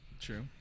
True